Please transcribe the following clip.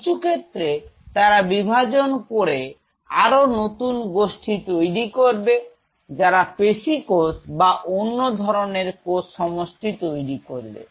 কিছু ক্ষেত্রে তারা বিভাজন করে আরো নতুন গোষ্ঠী তৈরি করবে যারা পেশিকোষ বা অন্য ধরনের কোষ সমষ্টি তৈরি করবে